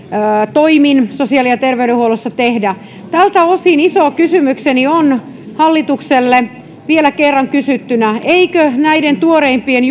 toimin sosiaali ja terveydenhuollossa tehdä tältä osin iso kysymykseni on hallitukselle vielä kerran kysyttynä eikö näiden tuoreimpien